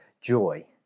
joy